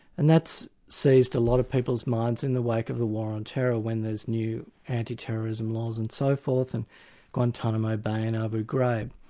and that's seized a lot of people's minds in the wake of a war on terror when there's new anti-terrorism laws and so forth, and guantanamo bay and abu ghraib.